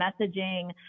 messaging